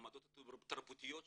העמדות התרבותיות שלי,